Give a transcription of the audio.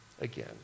again